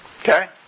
Okay